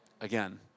Again